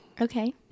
Okay